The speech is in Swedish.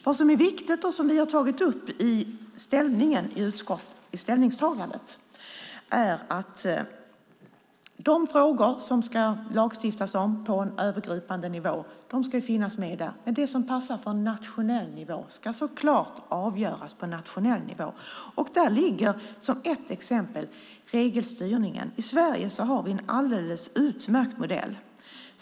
Det är viktigt - och det vi har tagit upp i ställningstagandet - att de frågor som ska lagstiftas om på en övergripande nivå finns med där, men det som passar på nationell nivå ska så klart avgöras på nationell nivå, och där ligger, som ett exempel, regelstyrningen. I Sverige har vi en alldeles utmärkt modell.